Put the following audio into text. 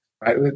right